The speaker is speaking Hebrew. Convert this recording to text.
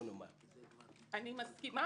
מסכימה,